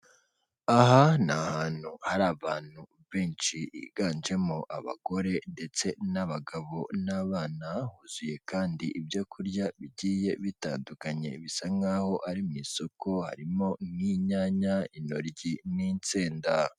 Aha ni ahantu hari abantu benshi biganjemo abagore ndetse n'abagabo n'abana, huzuye kandi ibyo kurya bigiye bitandukanye bisa nkaho ari mu isoko harimo n'inyanya, intoryi n'insenda.